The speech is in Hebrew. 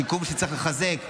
שיקום שצריך לחזק ולהתקדם.